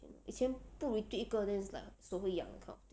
以前不 retweet 一个 is like 手痒 kind of thing